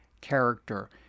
character